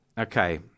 Okay